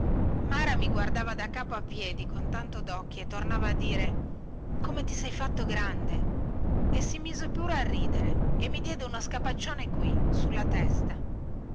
mara mi guardava da capo a piedi con tanto docchi e tornava a dire come ti sei fatto grande e si mise pure a ridere e mi diede uno scopaccione qui sulla testa